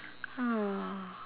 uh